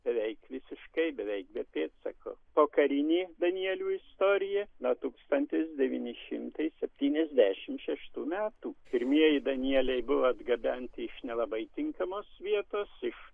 beveik visiškai beveik be pėdsako pokarinė danielių istorija nuo tūkstantis devyni šimtai septyniasdešimt šeštų metų pirmieji danieliai buvo atgabenti iš nelabai tinkamos vietos iš